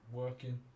working